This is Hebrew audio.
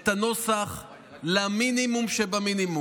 את הנוסח למינימום שבמינימום.